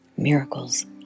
Miracles